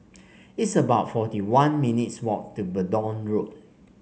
it's about forty one minutes' walk to Verdun Road